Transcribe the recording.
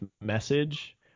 message